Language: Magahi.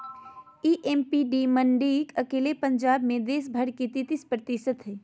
ए.पी.एम.सी मंडी अकेले पंजाब मे देश भर के तेतीस प्रतिशत हई